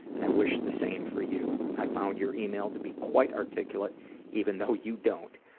and i wish the same for you. i found your email to be quite articulate even though you don't.